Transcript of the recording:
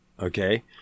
Okay